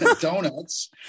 donuts